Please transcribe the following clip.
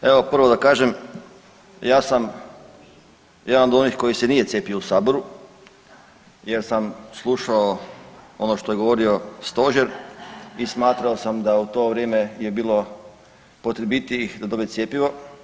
Evo prvo da kažem, ja sam jedan od onih koji se nije cijepio u saboru jer sam slušao ono što je govorio stožer i smatrao sam da u to vrijeme je bilo potrebitijih da dobe cjepivo.